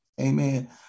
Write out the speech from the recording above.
Amen